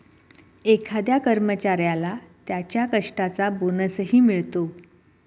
एखाद्या कर्मचाऱ्याला त्याच्या कष्टाचा बोनसही मिळतो